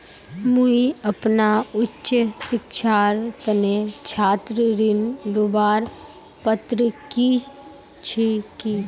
मुई अपना उच्च शिक्षार तने छात्र ऋण लुबार पत्र छि कि?